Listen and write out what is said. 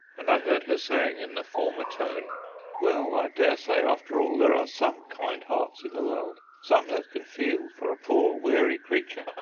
and i heard her saying in the former tone well, i daresay after all there are some kind hearts in the world, some that can feel for a poor weary creature,